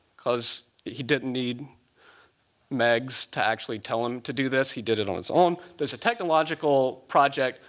because he didn't need megs to actually tell them to do this. he did it on his own. there's a technological project,